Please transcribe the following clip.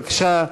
בבקשה,